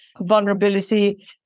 vulnerability